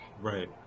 right